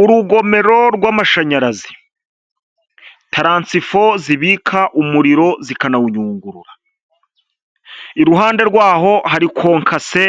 Urugomero rw'amashanyarazi, taransifo zibika umuriro zikanawuyungurura, iruhande rwaho hari konkasi